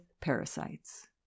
Parasites